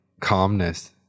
calmness